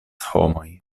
homoj